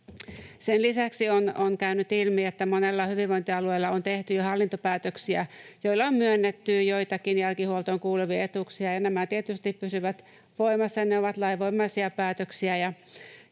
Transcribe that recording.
Sen lisäksi on käynyt ilmi, että monella hyvinvointialueella on tehty jo hallintopäätöksiä, joilla on myönnetty joitakin jälkihuoltoon kuuluvia etuuksia, ja nämä tietysti pysyvät voimassa. Ne ovat lainvoimaisia päätöksiä,